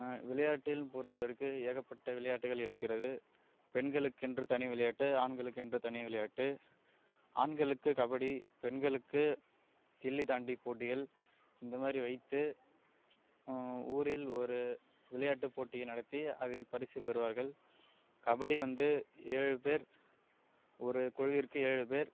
விளையாட்டில் பொறுத்த வரைக்கும் ஏகப்பட்ட விளையாட்டுகள் இருக்கிறது பெண்களுக்கென்று தனி விளையாட்டு ஆண்களுக்கென்று தனி விளையாட்டு ஆண்களுக்கு கபடி பெண்களுக்கு கில்லி தாண்டி போட்டிகள் இந்த மாதிரி வைத்து ஊரில் ஒரு விளையாட்டு போட்டி நடத்தி அதில் பரிசு பெறுவார்கள் கபடி வந்து ஏழு பேர் ஒரு குழுவிற்கு ஏழு பேர்